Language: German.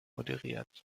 moderiert